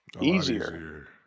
easier